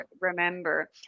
remember